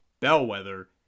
Bellwether